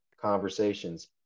conversations